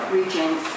regions